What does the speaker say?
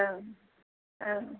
औ औ